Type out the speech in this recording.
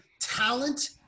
talent